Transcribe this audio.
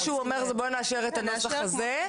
הוא אומר שנאשר את הנוסח הזה,